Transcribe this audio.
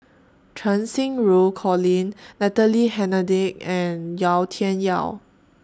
Cheng Xinru Colin Natalie Hennedige and Yau Tian Yau